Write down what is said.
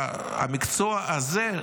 והמקצוע הזה,